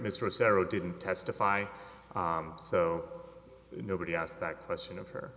mistress arrow didn't testify so nobody asked that question of her